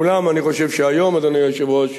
אולם אני חושב שהיום, אדוני היושב-ראש,